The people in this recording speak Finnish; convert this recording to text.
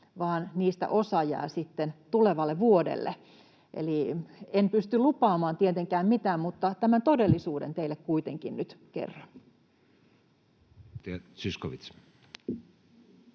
niistä osa jää sitten tulevalle vuodelle. Eli en pysty lupaamaan tietenkään mitään, mutta tämän todellisuuden teille kuitenkin nyt kerron.